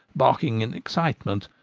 barking in excitement,